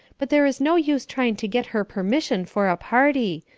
but there is no use trying to get her permission for a party.